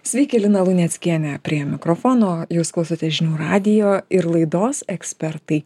sveiki lina luneckienė prie mikrofono jūs klausotės žinių radijo ir laidos ekspertai